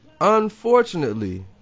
Unfortunately